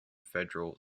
federal